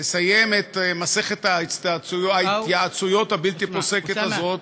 לסיים את מסכת ההתייעצויות הבלתי-פוסקת הזאת